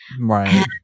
Right